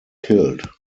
killed